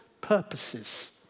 purposes